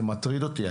זה מטריד אותי.